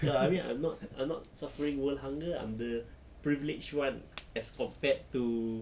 ya I mean I'm not I'm not suffering world hunger ah I'm the privileged [one] as compared to